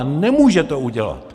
Nemůže to udělat!